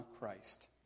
Christ